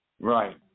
Right